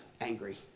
angry